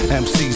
MC's